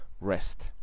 rest